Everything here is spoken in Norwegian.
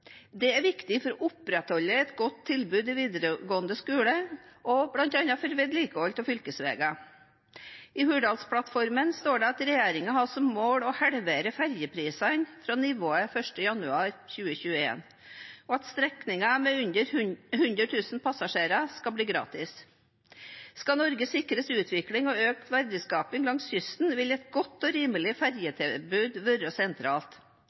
Det er viktig for å opprettholde et godt tilbud i videregående skole og bl.a. for vedlikehold av fylkesveier. I Hurdalsplattformen står det at regjeringen har som mål å halvere ferjeprisene fra nivået 1. januar 2021, og at strekninger med under 100 000 passasjerer skal bli gratis. Skal Norge sikres utvikling og økt verdiskaping langs kysten, vil et godt og rimelig ferjetilbud være sentralt.